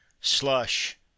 Slush